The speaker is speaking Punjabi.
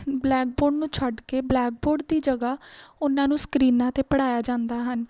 ਬਲੈਕਬੋਰਡ ਨੂੰ ਛੱਡ ਕੇ ਬਲੈਕਬੋਰਡ ਦੀ ਜਗ੍ਹਾ ਉਹਨਾਂ ਨੂੰ ਸਕਰੀਨਾਂ 'ਤੇ ਪੜ੍ਹਾਇਆ ਜਾਂਦਾ ਹਨ